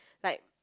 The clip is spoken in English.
like